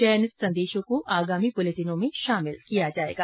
चयनित संदेशों को आगामी बुलेटिनों में शामिल किया जाएगा